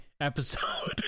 episode